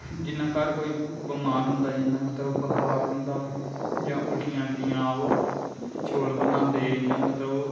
जियां घर कोई बमार होंदा जियां बखार होंदा जां उल्टियां अल्टियां औंन चौल बनांदे इयां मतलव